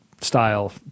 style